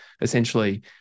essentially